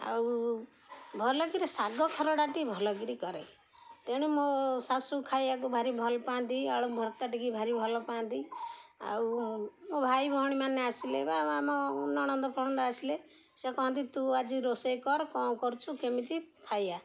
ଆଉ ଭଲକରି ଶାଗ ଖରଡ଼ାଟି ଭଲ କିିରି କରେ ତେଣୁ ମୋ ଶାଶୁ ଖାଇବାକୁ ଭାରି ଭଲ ପାଆନ୍ତି ଆଳୁ ଭର୍ତ୍ତା ଟିକି ଭାରି ଭଲ ପାଆନ୍ତି ଆଉ ମୋ ଭାଇ ଭଉଣୀ ମାନେ ଆସିଲେ ବା ଆମ ନଣନ୍ଦ ଫଣନ୍ଦ ଆସିଲେ ସେ କହନ୍ତି ତୁ ଆଜି ରୋଷେଇ କର କ'ଣ କରୁଛୁ କେମିତି ଖାଇବା